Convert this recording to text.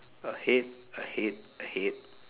ahead ahead ahead